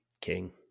King